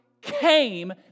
came